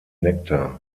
nektar